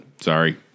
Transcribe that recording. sorry